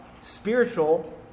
spiritual